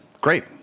Great